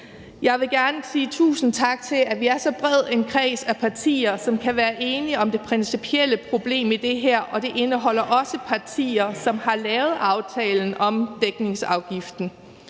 Jeg vil gerne sige tusind tak for, at vi er så bred en kreds af partier, som kan være enige om det principielle problem i det her, og det omfatter også partier, som har lavet aftalen om dækningsafgiften,